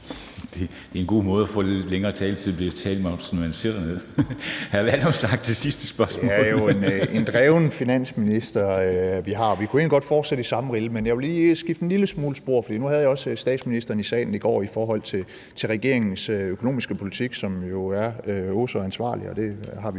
Det er en god måde at få lidt længere taletid på – ved at tale mens man sætter sig ned, ikke? Hr. Alex Vanopslagh, det sidste spørgsmål. Kl. 13:12 Alex Vanopslagh (LA): Det er jo en dreven finansminister, vi har. Vi kunne egentlig godt fortsætte i samme rille. Men jeg vil lige skifte en lille smule spor, for nu havde jeg også statsministeren i salen i går i forhold til regeringens økonomiske politik, som jo er åh så ansvarlig – det har vi